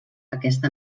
aquesta